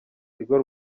tigo